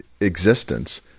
existence